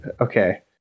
okay